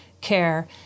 care